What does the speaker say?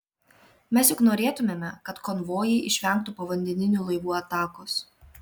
mes juk norėtumėme kad konvojai išvengtų povandeninių laivų atakos